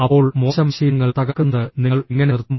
അപ്പോൾ മോശം ശീലങ്ങൾ തകർക്കുന്നത് നിങ്ങൾ എങ്ങനെ നിർത്തും